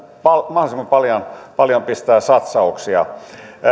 mahdollisimman paljon pistää satsauksia